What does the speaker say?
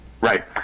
Right